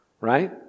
right